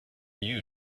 you